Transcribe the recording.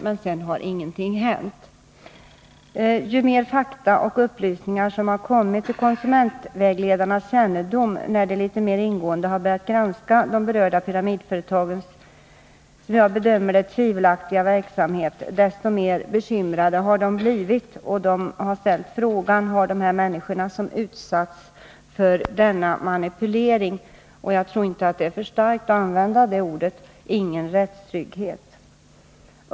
Men sedan har ingenting hänt. Ju mer fakta och upplysningar som har kommit till konsumentvägledarnas kännedom när de litet mera ingående har börjat granska de berörda pyramidföretagens, som jag bedömer det, tvivelaktiga verksamhet, desto mer bekymrade har de blivit. De har ställt frågan: Har de människor som utsatts för denna manipulering — jag tror inte det är för starkt att använda det ordet — ingen rättstrygghet?